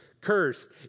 cursed